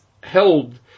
held